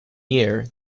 year